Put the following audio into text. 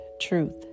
truth